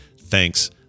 Thanks